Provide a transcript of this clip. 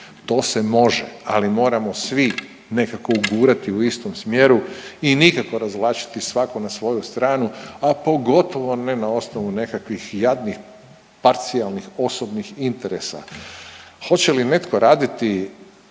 To se može, ali moramo svi nekako gurati u istom smjeru i nikako razvlačiti svatko na svoju stranu, a pogotovo ne na osnovu nekakvih jadnih parcijalnih osobnih interesa. Hoće li netko raditi